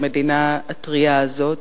במדינה הצעירה הזאת.